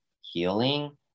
healing